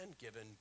given